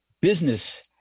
business